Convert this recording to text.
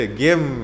game